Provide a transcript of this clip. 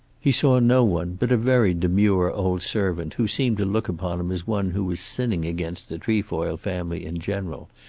he saw no one but a very demure old servant who seemed to look upon him as one who was sinning against the trefoil family in general,